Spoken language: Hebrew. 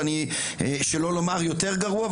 שלא לומר יותר גרוע.